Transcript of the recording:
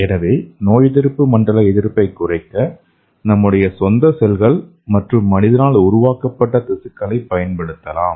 எனவே நோயெதிர்ப்பு மண்டல எதிர்ப்பைக் குறைக்க நம்முடைய சொந்த செல்கள் மற்றும் மனிதனால் உருவாக்கப்பட்ட திசுக்களைப் பயன்படுத்தலாம்